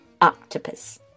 octopus